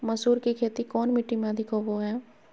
मसूर की खेती कौन मिट्टी में अधीक होबो हाय?